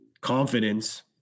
confidence